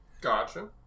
gotcha